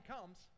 comes